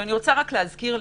אני מזכירה